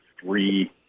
three